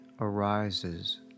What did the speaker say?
arises